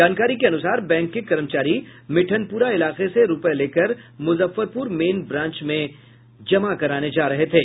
जानकारी के अनुसार बैंक के कर्मचारी मिठनपुरा इलाके से रूपये लेकर मुजफ्फरपुर मेन ब्रांच में जमा कराने जा रहे थे